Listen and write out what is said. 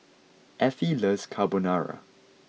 Affie loves Carbonara